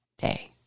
day